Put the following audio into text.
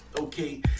okay